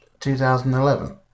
2011